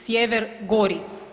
Sjever gori.